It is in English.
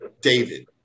David